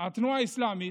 בתנועה האסלאמית,